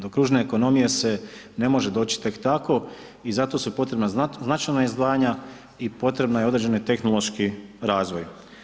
Do kružne ekonomije se ne može doći tek tako i za to su potrebna značajna izdvajanja i potreban je određeni tehnološki razvoj.